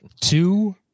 two